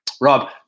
Rob